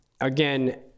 again